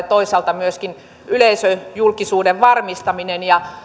toisaalta myöskin yleisöjulkisuuden varmistaminen